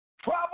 Trouble